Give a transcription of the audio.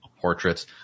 portraits